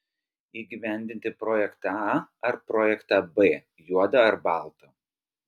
įgyvendinti projektą a ar projektą b juoda ar balta